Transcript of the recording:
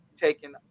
taken